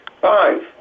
five